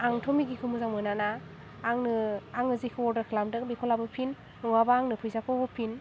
आंथ' मेगिखौ मोजां मोनाना आंनो आङो जेखौ अर्डार खालामदों बेखौ लाबोफिन नङाबा आंनो फैसाखौ होफिन